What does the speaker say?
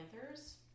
Panthers